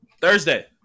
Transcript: Thursday